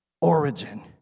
origin